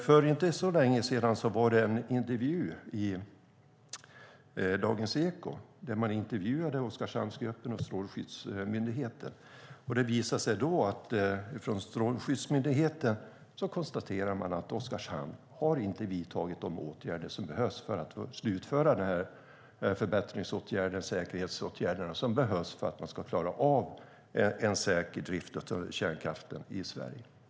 För inte så länge sedan var det en intervju i Dagens eko där man intervjuade Oskarshamnsgruppen och Strålsäkerhetsmyndigheten. Det visade sig då att man från Strålsäkerhetsmyndigheten konstaterade att Oskarshamn inte har vidtagit de åtgärder som behövs för att slutföra de förbättrings och säkerhetsåtgärder som behövs för att klara en säker drift av kärnkraften i Sverige.